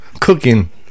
cooking